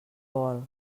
vol